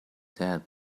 dad